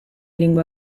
lingua